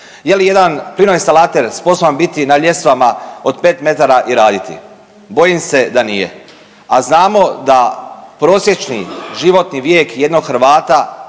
Je li jedan plino instalater sposoban biti na ljestvama od 5 metara i raditi? Bojim se da nije, a znamo da prosječni životni vijek jednog Hrvata